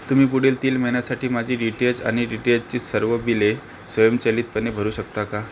तुम्ही पुढील तीन महिन्यासाठी माझी डी टी एच आणि डी टी एच ची सर्व बिले स्वयंचलितपणे भरू शकता का